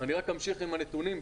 אני אמשיך עם הנתונים.